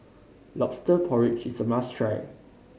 Lobster Porridge is a must try